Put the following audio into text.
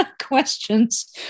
questions